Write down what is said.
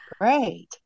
Great